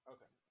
Okay